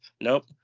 nope